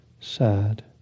sad